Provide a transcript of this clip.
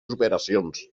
operacions